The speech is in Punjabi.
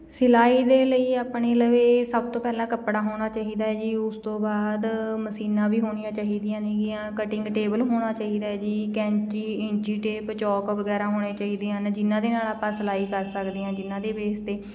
ਸਿਲਾਈ ਦੇ ਲਈ ਆਪਣੀ ਲਵੇ ਸਭ ਤੋਂ ਪਹਿਲਾਂ ਕੱਪੜਾ ਹੋਣਾ ਚਾਹੀਦਾ ਜੀ ਉਸ ਤੋਂ ਬਾਅਦ ਮਸ਼ੀਨਾਂ ਵੀ ਹੋਣੀਆਂ ਚਾਹੀਦੀਆਂ ਨੇਗੀਆਂ ਕਟਿੰਗ ਟੇਬਲ ਹੋਣਾ ਚਾਹੀਦਾ ਜੀ ਕੈਂਚੀ ਇੰਚੀ ਟੇਪ ਚੌਕ ਵਗੈਰਾ ਹੋਣੇ ਚਾਹੀਦੇ ਹਨ ਜਿਹਨਾਂ ਦੇ ਨਾਲ ਆਪਾਂ ਸਿਲਾਈ ਕਰ ਸਕਦੇ ਹਾਂ ਜਿਹਨਾਂ ਦੇ ਬੇਸ 'ਤੇ